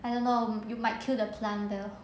I don't know you might kill the plant err